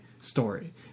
story